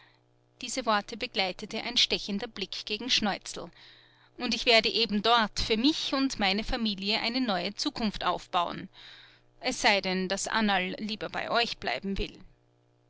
diese worte begleitete ein stechender blick gegen schneuzel und ich werde eben dort für mich und meine familie eine neue zukunft aufbauen es sei denn daß annerl lieber bei euch bleiben will